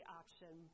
option